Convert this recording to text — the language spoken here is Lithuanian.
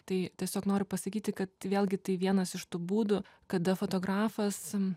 tai tiesiog noriu pasakyti kad vėlgi tai vienas iš tų būdų kada fotografas